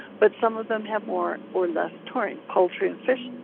but some of them have more or less taurine. poultry and fish,